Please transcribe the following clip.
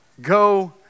Go